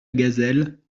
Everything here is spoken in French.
gazelle